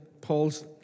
Paul's